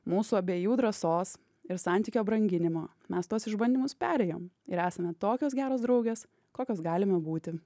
mūsų abiejų drąsos ir santykio branginimo mes tuos išbandymus perėjom ir esame tokios geros draugės kokios galime būti